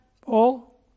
Paul